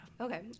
Okay